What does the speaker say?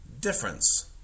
difference